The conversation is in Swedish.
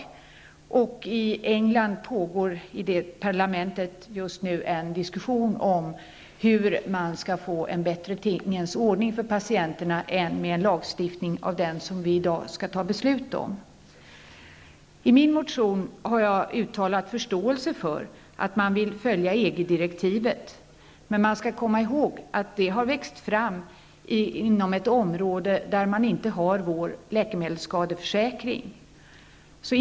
I parlamentet i England pågår just nu en diskussion om hur man skall kunna få en bättre tingens ordning för patienterna än med en lag av den typ som vi i dag skall fatta beslut om. I min motion har jag uttalat förståelse för att man vill följa EG-direktivet. Men man skall komma ihåg att detta växte fram i ett område, där man inte har vår läkemedelsskadeförsäkring.